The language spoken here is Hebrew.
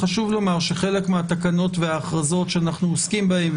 חשוב לומר שחלק מהתקנות וההכרזות שאנחנו עוסקים בהם,